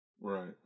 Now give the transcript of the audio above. Right